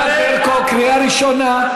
ענת ברקו, קריאה ראשונה.